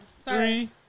three